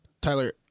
Tyler